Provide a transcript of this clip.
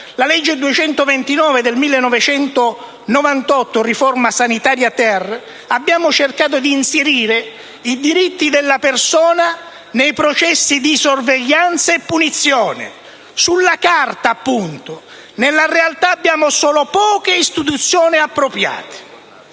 n. 229 del 1999 (riforma sanitaria-*ter*), abbiamo cercato di inserire i diritti della persona nei processi di sorveglianza e punizione. Sulla carta appunto, nella realtà abbiamo solo poche istituzioni appropriate.